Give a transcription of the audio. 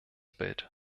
bild